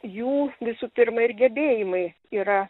jų visų pirma ir gebėjimai yra